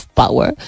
power